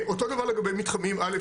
אותו דבר לגבי מתחמים 3,